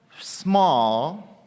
small